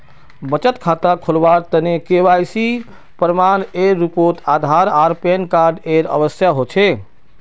बचत खता खोलावार तने के.वाइ.सी प्रमाण एर रूपोत आधार आर पैन कार्ड एर आवश्यकता होचे